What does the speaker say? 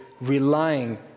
relying